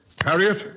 Harriet